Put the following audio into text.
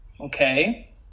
Okay